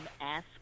ask